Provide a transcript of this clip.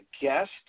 guest